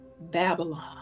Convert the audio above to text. Babylon